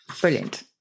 Brilliant